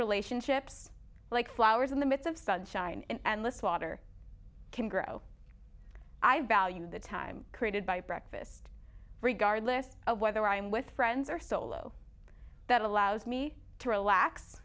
relationships like flowers in the midst of sunshine and less water can grow i value the time created by breakfast regardless of whether i'm with friends or solo that allows me to relax